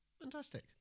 Fantastic